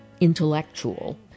intellectual